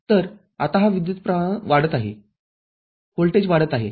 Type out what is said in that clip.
तरआता हा विद्युतप्रवाह वाढत आहे व्होल्टेज वाढत आहे